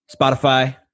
spotify